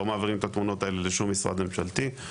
לא מעבירים את התמונות האלה לשום משרד ממשלתי.